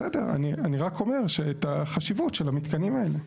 בסדר, אני רק אומר את החשיבות של המתקנים האלה.